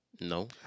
No